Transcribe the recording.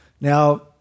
Now